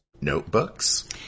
notebooks